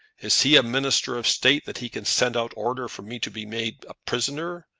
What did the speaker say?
is he a minister of state that he can send out order for me to be made prisoner?